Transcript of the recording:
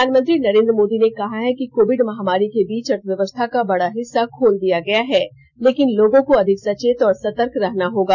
प्रधानमंत्री नरेन्द्र मोदी ने कहा है कि कोविड महामारी के बीच अर्थव्यवस्था का बडा हिस्सा खोल दिया गया है लेकिन लोगों को अधिक सचेत और सतर्क रहना होगा